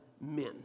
men